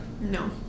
no